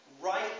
right